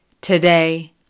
Today